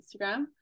Instagram